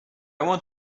want